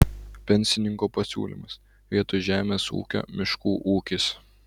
pensininko pasiūlymas vietoj žemės ūkio miškų ūkis